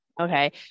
Okay